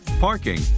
parking